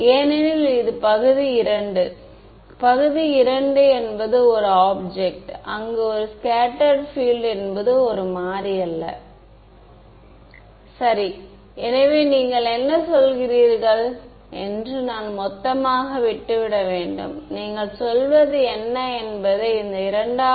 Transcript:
எனவே இதை நான் இப்படி எழுத முடியும் ∇×H j0r j0E எனவே நாம் ஏற்கனவே இந்த யை பற்றி பார்த்திருக்கிறோம்